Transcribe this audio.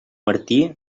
martí